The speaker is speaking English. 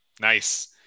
nice